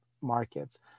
markets